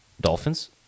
Dolphins